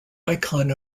icon